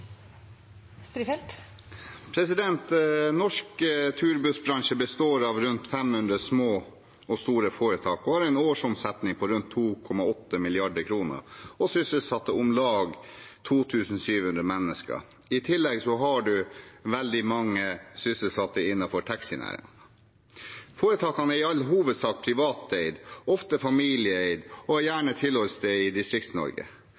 3 minutter. Norsk turbussbransje består av rundt 500 små og store foretak, har en årsomsetning på rundt 2,8 mrd. kr og sysselsetter om lag 2 700 mennesker. I tillegg har en veldig mange sysselsatte innenfor taxinæringen. Foretakene er i all hovedsak privateid, ofte familieeid, og har gjerne tilholdssted i